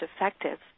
effective